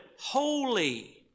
holy